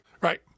Right